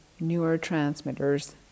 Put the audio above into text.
neurotransmitters